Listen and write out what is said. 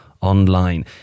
Online